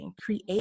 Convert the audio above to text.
create